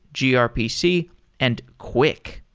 grpc and quick.